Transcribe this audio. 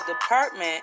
Department